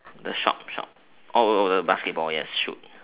the shop shop oh basketball yes shoot